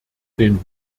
den